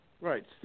Right